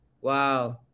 Wow